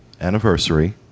anniversary